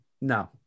No